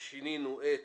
שינינו את